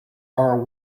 are